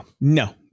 No